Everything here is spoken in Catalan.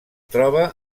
troba